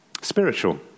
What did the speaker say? Spiritual